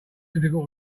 difficult